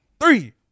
three